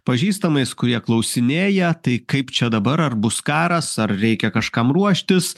pažįstamais kurie klausinėja tai kaip čia dabar ar bus karas ar reikia kažkam ruoštis